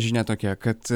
žinia tokia kad